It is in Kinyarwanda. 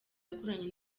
yakoranye